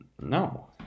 No